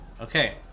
Okay